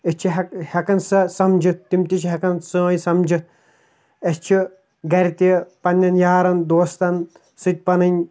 أسۍ چھِ ہٮ۪کہٕ ہٮ۪کان سۄ سَمجِتھ تِم تہِ چھِ ہٮ۪کان سٲنۍ سَٕجِتھ اَسہِ چھِ گَرِ تہِ پںٛںٮ۪ن یارَن دوستَن سۭتۍ پَنٕنۍ